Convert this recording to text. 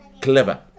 clever